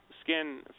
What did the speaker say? skin